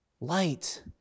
Light